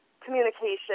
communication